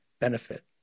benefit